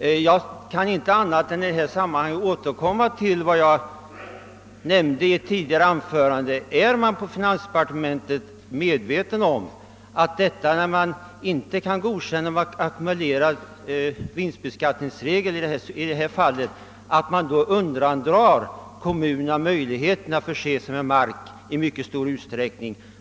I detta sammanhang kan jag inte göra annat än återkomma till en frågeställning som jag tog upp i mitt tidigare anförande: Är man på finansdepartementet medveten om att kommunerna — när regeln om beskattning av ackumulerad vinst inte kan godkännas — i mycket stor utsträckning går miste om möjligheten att förse sig med mark